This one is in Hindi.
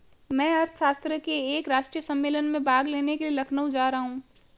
मैं अर्थशास्त्र के एक राष्ट्रीय सम्मेलन में भाग लेने के लिए लखनऊ जा रहा हूँ